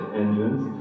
engines